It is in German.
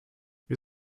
wir